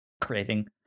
craving